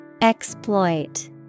Exploit